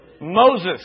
Moses